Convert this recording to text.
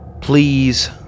please